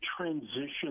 transition